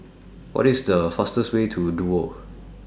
What IS The fastest Way to Duo